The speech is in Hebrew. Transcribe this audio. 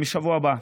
מהשבוע הבא.